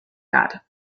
got